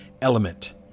element